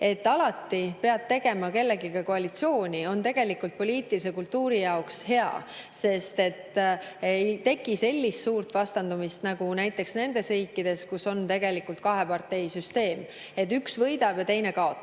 et alati pead tegema kellegagi koalitsiooni, on tegelikult poliitilise kultuuri jaoks hea, sest ei teki sellist suurt vastandumist nagu näiteks nendes riikides, kus on kaheparteisüsteem, üks võidab ja teine kaotab.